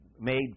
made